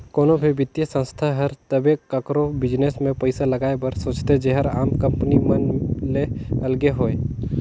कोनो भी बित्तीय संस्था हर तबे काकरो बिजनेस में पइसा लगाए बर सोंचथे जेहर आम कंपनी मन ले अलगे होए